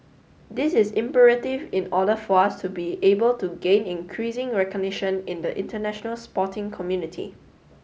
this is imperative in order for us to be able to gain increasing recognition in the international sporting community